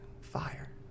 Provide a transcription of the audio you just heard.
Fire